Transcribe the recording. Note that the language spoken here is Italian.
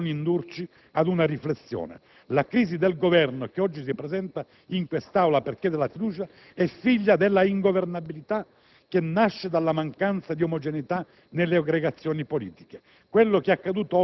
che però non può non indurci ad una riflessione. La crisi del Governo che oggi si presenta in quest'Aula per chiedere la fiducia è figlia dell'ingovernabilità che nasce dalla mancanza di omogeneità nelle aggregazioni politiche.